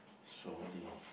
sorry